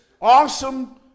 awesome